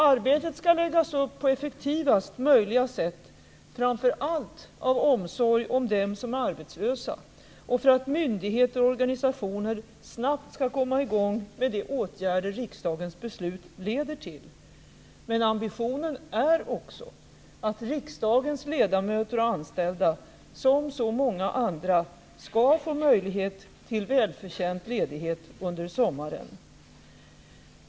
Arbetet skall läggas upp på effektivaste möjliga sätt, framför allt av omsorg om dem som är arbetslösa och för att myndigheter och organisationer snabbt skall komma i gång med de åtgärder riksdagens beslut leder till. Men ambitionen är också att riksdagens ledamöter och anställda, som så många andra, skall få möjlighet till välförtjänt ledighet under sommaren.